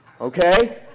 Okay